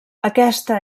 aquesta